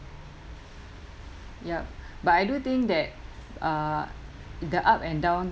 yup but I do think that uh the up and down